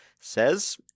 says